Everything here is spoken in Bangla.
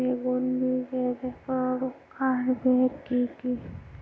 বেগুন বীজের প্রকারভেদ কি কী?